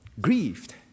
grieved